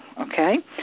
okay